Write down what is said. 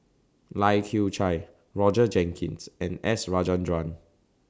Lai Kew Chai Roger Jenkins and S Rajendran